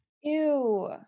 Ew